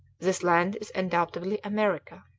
this land is undoubtedly america.